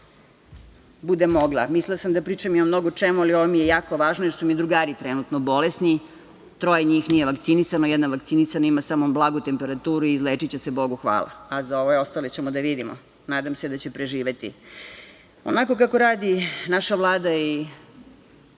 budem mogla. Mislila sam da pričam i o mnogo čemu, ali ovo mi je jako važno jer su mi drugari trenutno bolesni, troje njih nije vakcinisano, jedna vakcinisana ima samo blagu temperaturu i lečiće se, Bogu hvala, a za ove ostale ćemo da vidimo. Nadam se da će preživeti. Onako kako radi naša Vlada i